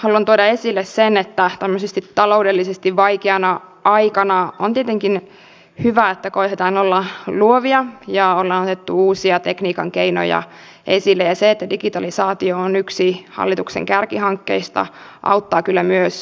näiden junaliikenteen säästöjen lisäksi joukkoliikenteen säästöistä reilu miljoona kohdistuu kehittämishankkeisiin joilla pyritään kehittämään joukkoliikenteen toimintaedellytyksiä kilpailukykyä ja on annettu uusia tekniikan keinoja ei siinä sen digitalisaation yksi hallituksen kärkihankkeista auttaa kyllä myös